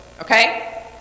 okay